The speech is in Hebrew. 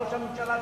ראש הממשלה שלך,